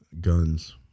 guns